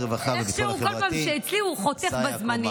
ההצעה להעביר את הצעת חוק התכנון